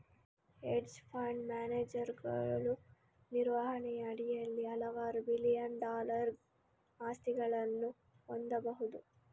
hedge fund ಮ್ಯಾನೇಜರುಗಳು ನಿರ್ವಹಣೆಯ ಅಡಿಯಲ್ಲಿ ಹಲವಾರು ಬಿಲಿಯನ್ ಡಾಲರ್ ಆಸ್ತಿಗಳನ್ನು ಹೊಂದಬಹುದು